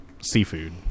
seafood